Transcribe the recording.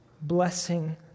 blessing